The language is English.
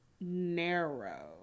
narrow